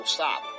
stop